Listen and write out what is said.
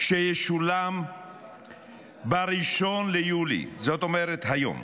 שישולם ב-1 ביולי, זאת אומרת היום,